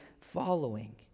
following